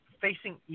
facing